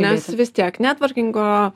nes vis tiek netvorkingo